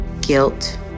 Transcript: guilt